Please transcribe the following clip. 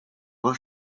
will